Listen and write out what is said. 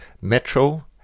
metro